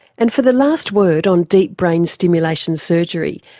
and for the last word on deep brain stimulation surgery,